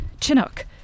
Chinook